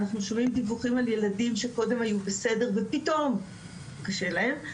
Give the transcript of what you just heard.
אנחנו שומעים דיווחים על ילדים שקודם היו בסדר ופתאום קשה להם.